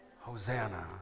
Hosanna